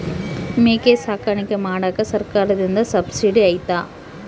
ಮೇಕೆ ಸಾಕಾಣಿಕೆ ಮಾಡಾಕ ಸರ್ಕಾರದಿಂದ ಸಬ್ಸಿಡಿ ಐತಾ?